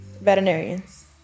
Veterinarians